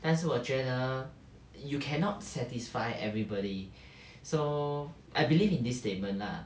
但是我觉得 you cannot satisfy everybody so I believe in this statement lah